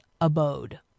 abode